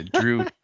Drew